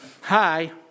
Hi